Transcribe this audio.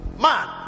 Man